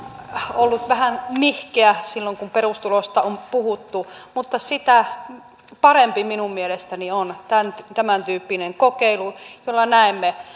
ollut vähän nihkeä silloin kun perustulosta on puhuttu mutta sitä parempi minun mielestäni on tämäntyyppinen kokeilu jolla näemme